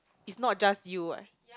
is not just you eh